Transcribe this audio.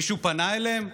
מישהו פנה אליהם?